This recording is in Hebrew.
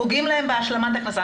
פוגעים להם בהשלמת ההכנסה.